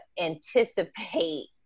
anticipate